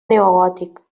neogòtic